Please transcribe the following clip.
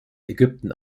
ägypten